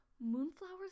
Moonflower's